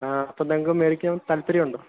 ആ അപ്പം നിങ്ങൾക്ക് മേടിക്കാൻ താൽപ്പര്യം ഉണ്ടോ